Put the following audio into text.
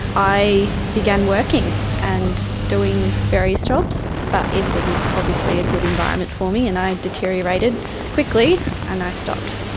i began working and doing various jobs, but it was not obviously a good environment for me and i deteriorated quickly and i stopped.